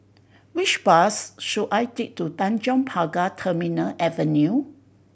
which bus should I take to Tanjong Pagar Terminal Avenue